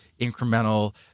incremental